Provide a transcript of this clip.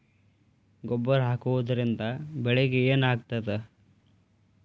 ಗೊಬ್ಬರ ಹಾಕುವುದರಿಂದ ಬೆಳಿಗ ಏನಾಗ್ತದ?